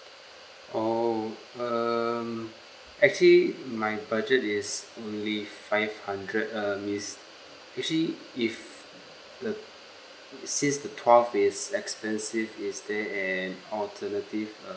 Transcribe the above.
oh um actually my budget is only five hundred err miss actually if the since the twelve is expensive is there an alternative uh